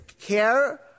care